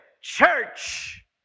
Church